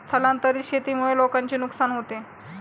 स्थलांतरित शेतीमुळे लोकांचे नुकसान होते